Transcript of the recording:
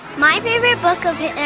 my favorite book of yeah